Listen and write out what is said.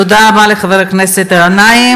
תודה רבה לחבר הכנסת גנאים.